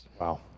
Wow